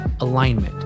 alignment